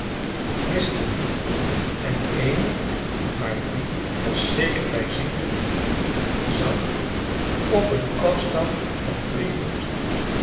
en een maar die was zeker bijziende zag op een afstand van drie voet